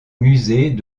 musées